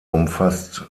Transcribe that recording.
umfasst